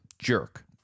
Jerk